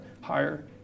higher